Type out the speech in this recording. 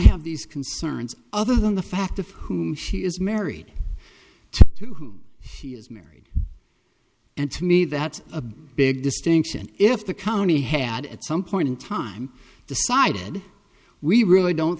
have these concerns other than the fact of who she is married to who she is married and to me that's a big distinction if the county had at some point in time decided we really don't